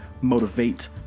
motivate